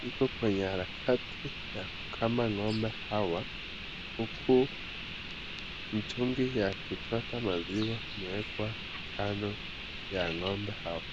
iko kwenye harakati ya kukama ngombe haya, huku mtungi ya kuchota maziwa imewekwa kando ya ng'ombe hapo.